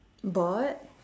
bored